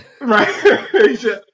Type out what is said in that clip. Right